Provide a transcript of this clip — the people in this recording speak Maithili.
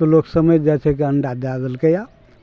तऽ लोक समैझि जाइ छै कि अण्डा दए देलकैये